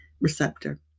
receptor